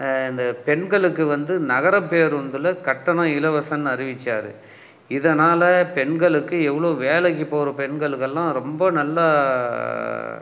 இந்த பெண்களுக்கு வந்து நகரப்பேருந்தில் கட்டணம் இலவசன்னு அறிவிச்சார் இதனால் பெண்களுக்கு எவ்வளோ வேலைக்கு போகற பெண்களுக்கு எல்லாம் ரொம்ப நல்லா